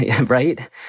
right